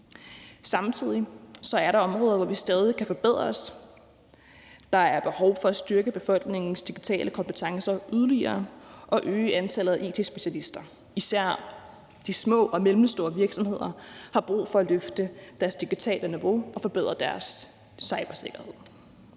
Samtidig er der områder, hvor vi stadig kan forbedre os. Der er behov for at styrke befolkningens digitale kompetencer yderligere og øge antallet af it-specialister, og især de små og mellemstore virksomheder har brug for at løfte deres digitale niveau og forbedre deres cybersikkerhed.